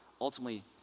ultimately